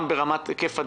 גם ברמת היקף הדיונים,